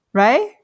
right